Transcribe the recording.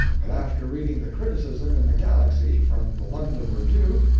but after reading the criticism in the galaxy from the london review,